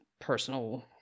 personal